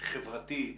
חברתית,